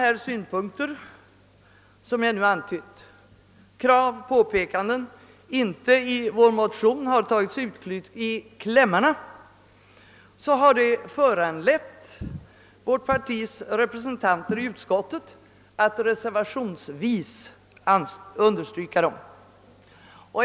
De krav och påpekanden som jag här redovisat har i vår motion inte tagit sig uttryck i klämmarna, men de har ändå föranlett oss som representerar moderata samlingspartiet i utskottet att reservationsvis understryka synpunkterna.